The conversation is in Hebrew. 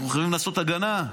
אנחנו חייבים לעשות הגנה.